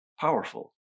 Powerful